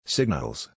Signals